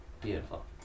Beautiful